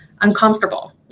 uncomfortable